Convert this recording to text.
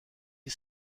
you